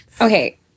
Okay